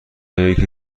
یکی